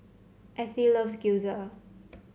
Ethie loves Gyoza